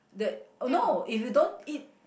that uh no if you don't eat